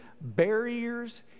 barriers